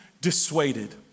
dissuaded